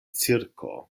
cirko